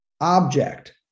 Object